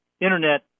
internet